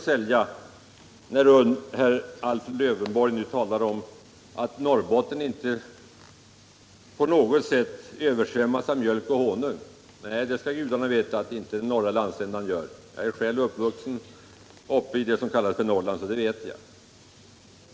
Herr Lövenborg sade att Norrbotten inte på något sätt översvämmas av mjölk och honung. Nej, det skall gudarna veta att den norra landsändan inte gör. Jag är själv uppvuxen i Norrland, så det vet jag.